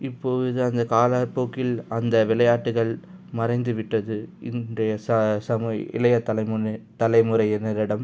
இப்போது அந்த கால போக்கில் அந்த விளையாட்டுக்கள் மறைந்து விட்டது இன்றைய சமை இளைய தலைமுறை தலைமுறையினரிடம்